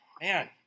man